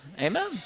amen